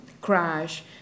crash